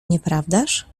nieprawdaż